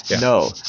no